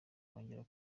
nkongera